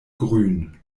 grün